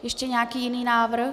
Ještě nějaký jiný návrh?